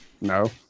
No